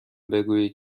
بگویید